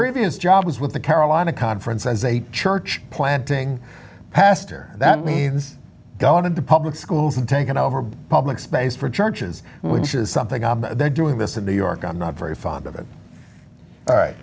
previous jobs with the carolina conference as a church planting pastor that means going into public schools and taking over public space for churches which is something they're doing this in new york i'm not very fond of it all right